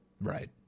Right